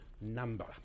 number